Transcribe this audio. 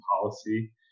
Policy